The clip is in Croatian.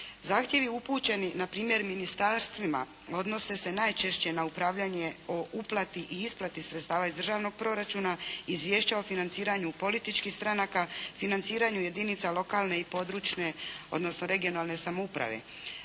Zahtjevi upućeni na primjer ministarstvima odnose se najčešće na upravljanje o uplati i isplati sredstava iz državnog proračuna, izvješća o financiranju političkih stranaka, financiranju jedinica lokalne i područne, odnosno regionalne samouprave.